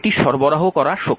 এটি সরবরাহ করা শক্তি